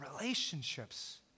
relationships